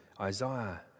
Isaiah